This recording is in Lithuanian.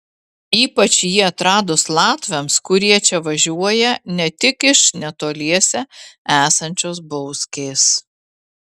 ypač jį atradus latviams kurie čia važiuoja ne tik iš netoliese esančios bauskės